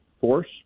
force